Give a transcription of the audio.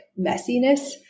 messiness